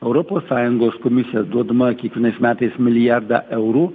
europos sąjungos komisija duodama kiekvienais metais milijardą eurų